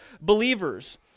believers